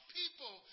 people